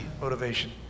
motivation